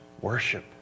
worship